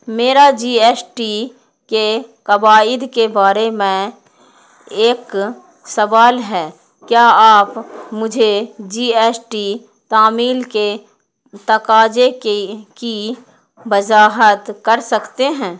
میرا G S T کے قواعد کے بارے میں ایک سوال ہے کیا آپ مجھے جی ایس ٹی تعمیل کے تقاضے کے کی وضاحت کر سکتے ہیں